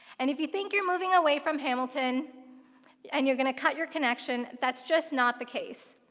and if you think you're moving away from hamilton yeah and you're gonna cut your connection, that's just not the case.